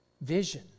vision